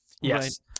Yes